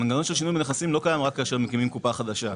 המנגנון של שינויים בנכסים לא קיים רק כאשר מקימים קופה חדשה,